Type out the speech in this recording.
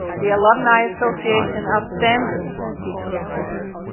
the alumni association outstanding teacher award,